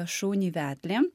šunį vedlį